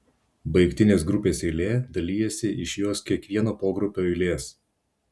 baigtinės grupės eilė dalijasi iš jos kiekvieno pogrupio eilės